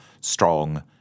strong